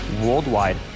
worldwide